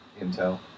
intel